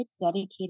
dedicated